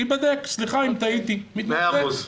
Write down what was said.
ייבדק, סליחה אם טעיתי, מתנצל.